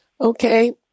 Okay